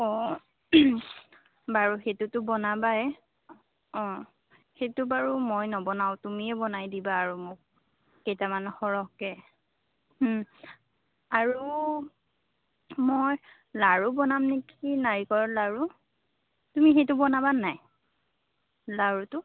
অঁ বাৰু সেইটোতো বনাবাই অঁ সেইটো বাৰু মই নবনাওঁ তুমিয়ে বনাই দিবা আৰু মোক কেইটামান সৰহকৈ আৰু মই লাড়ু বনাম নেকি নাৰিকলৰ লাড়ু তুমি সেইটো বনাবান নাই লাড়ুটো